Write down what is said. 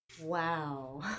Wow